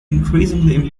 increasingly